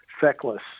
feckless